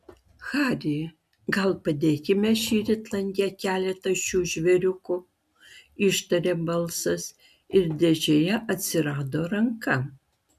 hari gal padėkime šįryt lange keletą šių žvėriukų ištarė balsas ir dėžėje atsirado ranka